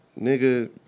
Nigga